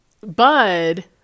Bud